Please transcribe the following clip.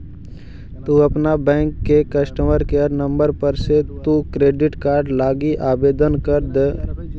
तु अपन बैंक के कस्टमर केयर नंबर पर से तु क्रेडिट कार्ड लागी आवेदन कर द